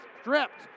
stripped